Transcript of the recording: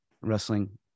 wrestling